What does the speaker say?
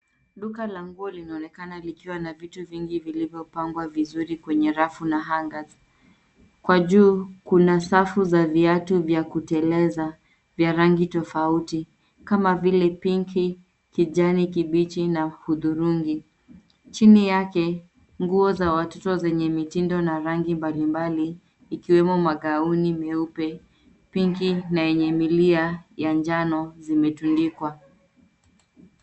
Duka la nguo linaonekana likiwa na vitu vingi vilivyopangwa vizuri kwenye rafu na hangers . Kwa juu, kuna safu za viatu vya kuteleza vya rangi tofauti, kama vile pinki, kijani kibichi na hudhurungi. Chini yake, nguo za watoto zenye mitindo na rangi mbalimbali, ikiwemo magauni nyeupe, pinki na yenye milia ya njano zimetundikwa.